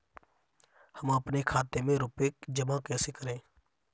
हम अपने खाते में रुपए जमा कैसे करें?